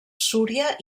súria